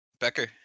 Becker